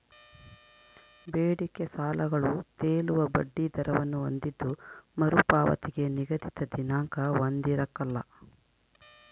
ಬೇಡಿಕೆ ಸಾಲಗಳು ತೇಲುವ ಬಡ್ಡಿ ದರವನ್ನು ಹೊಂದಿದ್ದು ಮರುಪಾವತಿಗೆ ನಿಗದಿತ ದಿನಾಂಕ ಹೊಂದಿರಕಲ್ಲ